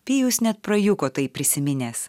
pijus net prajuko tai prisiminęs